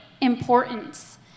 importance